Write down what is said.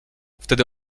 wtedy